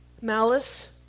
malice